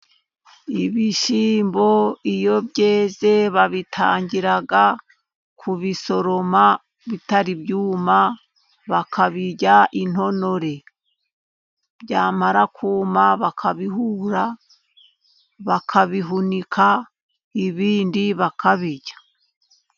Ibishyimbo iyo byeze babitangira kubisoroma bitari byuma, bakabirya intonore. Byamara kuma bakabihura, bakabihunika, ibindi bakabirya.